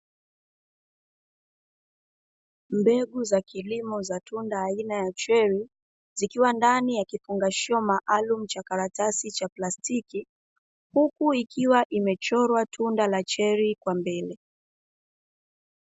Mbegu za kilimo za tunda aina ya 'cherry' zikiwa ndani ya kifungashio maalumu cha karatasi na plastiki, huku ikiwa imechorwa tunda la 'cherry' kwa mbele.